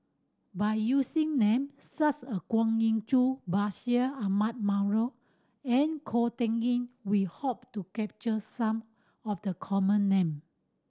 by using name such a Kwa Geok Choo Bashir Ahmad Mallal and Ko Teck Kin we hope to capture some of the common name